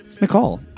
Nicole